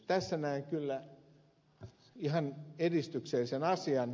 tässä näen kyllä ihan edistyksellisen asian